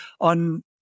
on